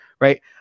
right